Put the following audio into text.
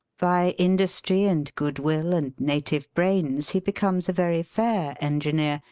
by industry and good will and native brains he becomes a very fair en gineer,